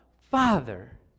father